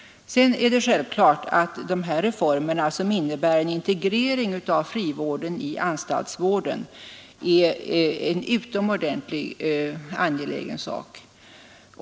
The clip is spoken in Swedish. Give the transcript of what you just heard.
Sedan är det självklart att dessa reformer, som innebär en integrering av frivården i anstaltsvården, är utomordentligt angelägna.